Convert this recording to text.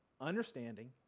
understanding